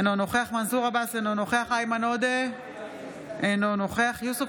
אינו נוכח מנסור עבאס, אינו נוכח איימן